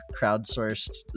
crowdsourced